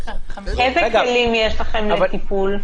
איזה כלים יש לכם לטיפול?